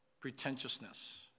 Pretentiousness